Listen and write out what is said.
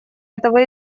этого